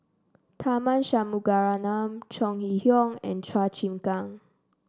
Tharman Shanmugaratnam Chong Hee Hiong and Chua Chim Kang